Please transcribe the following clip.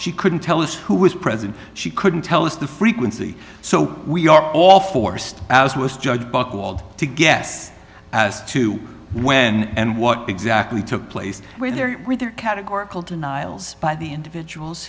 she couldn't tell us who was present she couldn't tell us the frequency so we are all forced out with judge buchwald to guess as to when and what exactly took place where there were other categorical denials by the individuals